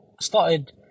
started